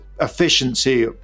efficiency